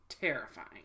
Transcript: terrifying